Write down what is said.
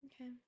Okay